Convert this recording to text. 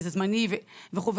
וזה זמני וכו'.